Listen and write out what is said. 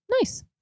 Nice